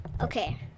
Okay